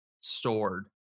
stored